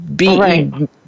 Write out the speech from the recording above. Right